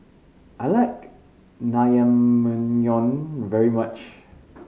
I like Naengmyeon very much